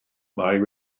mae